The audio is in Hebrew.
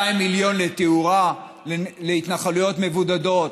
200 מיליון לתאורה להתנחלויות מבודדות,